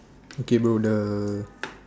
okay bro the